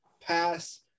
pass